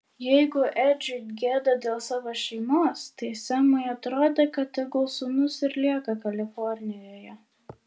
jeigu edžiui gėda dėl savo šeimos tai semui atrodė kad tegul sūnus ir lieka kalifornijoje